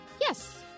Yes